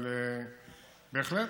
אבל בהחלט,